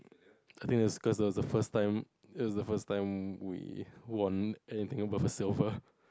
I think it's cause it was the first time it's the first time we won anything above a silver